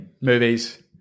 movies